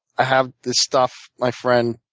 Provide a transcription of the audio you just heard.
i have this stuff. my friend